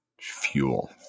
fuel